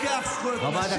מה את צועקת.